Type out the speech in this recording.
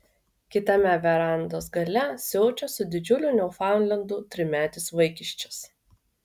kitame verandos gale siaučia su didžiuliu niufaundlendu trimetis vaikiščias